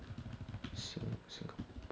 can be planned